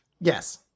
yes